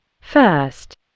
first